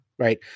Right